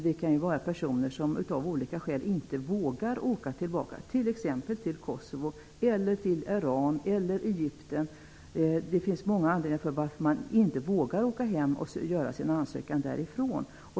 Det kan vara personer som av olika skäl inte vågar åka tillbaka t.ex. till Kosovo, Iran eller Egypten. Det finns många anledningar till att man inte vågar åka hem och göra sin ansökan därifrån.